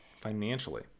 financially